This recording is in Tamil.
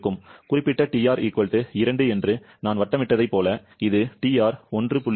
குறிப்பிட்ட TR 2 என்று நான் வட்டமிட்டதைப் போல இது TR 1